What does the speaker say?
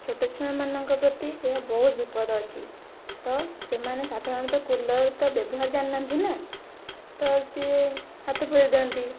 ଛୋଟ ଛୁଆମାନଙ୍କ ପ୍ରତି ଏହା ବହୁତ ବିପଦ ଅଛି ତ ସେମାନେ ସାଧାରଣତଃ କୁଲର୍ ତ ବ୍ୟବହାର ଜାଣି ନାହାନ୍ତି ନାଁ ତ ସିଏ ହାତ ପୁରାଇ ଦିଅନ୍ତି